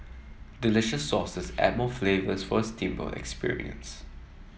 delicious sauces add more flavours for steamboat experience